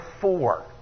four